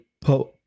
put